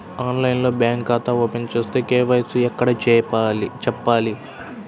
ఆన్లైన్లో బ్యాంకు ఖాతా ఓపెన్ చేస్తే, కే.వై.సి ఎక్కడ చెప్పాలి?